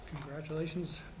Congratulations